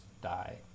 die